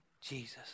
Jesus